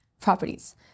properties